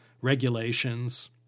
regulations